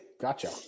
Gotcha